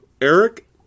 Eric